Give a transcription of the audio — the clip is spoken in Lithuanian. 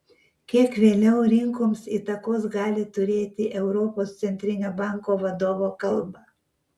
kiek vėliau rinkoms įtakos gali turėti europos centrinio banko vadovo kalba